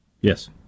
Yes